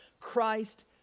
Christ